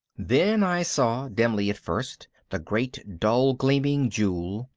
then i saw, dimly at first, the great dull-gleaming jewel,